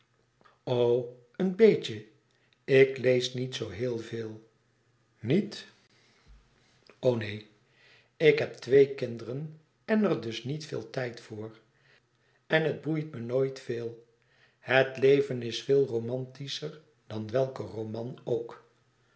een beetje ik lees niet zoo heel veel niet o neen ik heb twee kinderen en er dus niet veel tijd voor en het boeit me nooit veel het leven is veel romantischer dan welke roman ook